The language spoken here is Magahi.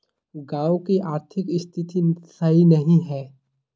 गाँव की आर्थिक स्थिति सही नहीं है?